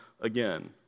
again